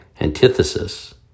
Antithesis